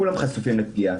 כולם חשופים לפגיעה.